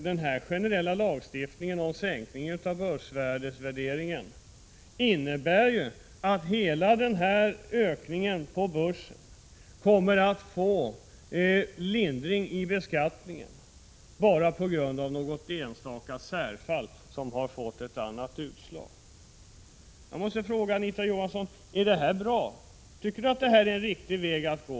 Den generella lagstiftningen om sänkning av aktievärdena innebär att hela ökningen av börsvärdet kommer att mildras i beskattningen bara på grund av några enstaka särfall, som har gett ett annat utslag. Jag måste fråga om Anita Johansson tycker att detta är en riktig väg att gå.